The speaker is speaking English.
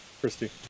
Christy